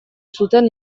zuten